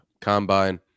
combine